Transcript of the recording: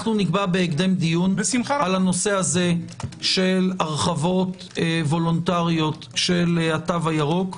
נקבע בהקדם דיון בנושא הרחבות וולונטריות של התו הירוק.